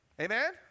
Amen